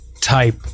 type